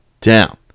down